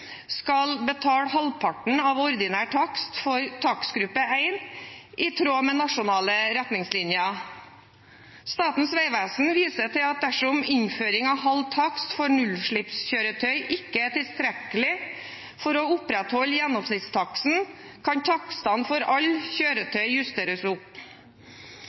skal betale halvparten av ordinær takst for takstgruppe 1, i tråd med nasjonale retningslinjer. Statens vegvesen viser til at dersom innføring av halv takst for nullutslippskjøretøy ikke er tilstrekkelig for å opprettholde gjennomsnittstaksten, kan takstene for alle kjøretøy justeres opp.